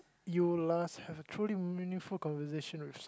you last have a truly meaningful conversation with